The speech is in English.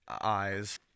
eyes